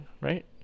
right